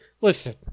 Listen